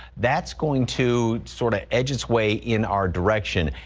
that's going to sort of edge its way in our direction.